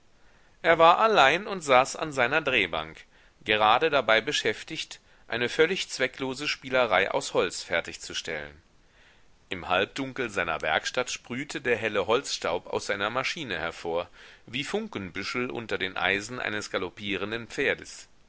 er war allein und saß an seiner drehbank gerade dabei beschäftigt eine völlig zwecklose spielerei aus holz fertigzustellen im halbdunkel seiner werkstatt sprühte der helle holzstaub aus seiner maschine hervor wie funkenbüschel unter den eisen eines galoppierenden pferdes